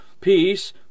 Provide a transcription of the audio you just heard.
peace